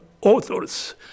authors